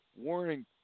warning